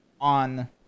on